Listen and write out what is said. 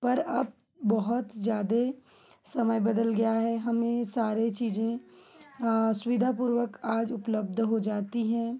पर अब बहुत ज़्यादे समय बदल गया है हमें सारे चीज़ें सुविधापूर्वक आज उपलब्ध हो जाती हैं